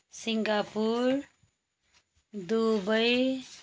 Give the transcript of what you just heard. Singapore Dubai